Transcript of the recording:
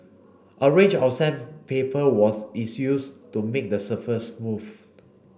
a range of sandpaper was is used to make the surface smooth